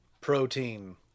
Protein